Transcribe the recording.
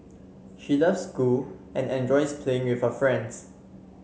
she loves school and enjoys playing with her friends